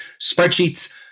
spreadsheets